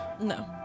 No